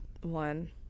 one